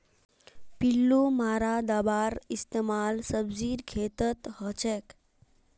पिल्लू मारा दाबार इस्तेमाल सब्जीर खेतत हछेक